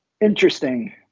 interesting